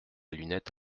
lunette